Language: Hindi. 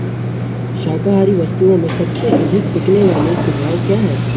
शाकाहारी वस्तुओं में सबसे अधिक बिकने वाले सुझाव क्या हैं